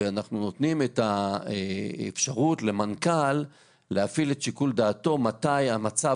ואנחנו נותנים את האפשרות למנכ"ל להפעיל את שיקול דעתו מתי המצב